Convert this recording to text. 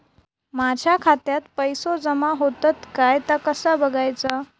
माझ्या खात्यात पैसो जमा होतत काय ता कसा बगायचा?